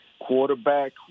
quarterback